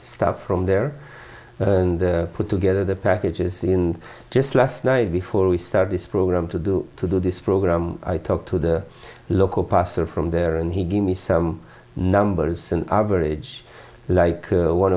stuff from there put together the packages in just last night before we start this program to do to do this program i talked to the local pastor from there and he gave me some numbers an average like